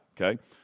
Okay